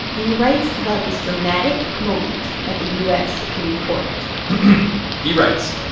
and he writes about this dramatic moment at the u s. supreme court he writes,